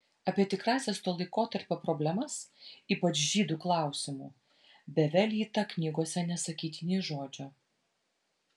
apie tikrąsias to laikotarpio problemas ypač žydų klausimu bevelyta knygose nesakyti nė žodžio